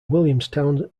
williamstown